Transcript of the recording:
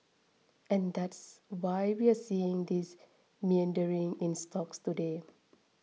and that's why we're seeing this meandering in stocks today